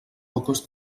pocos